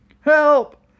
Help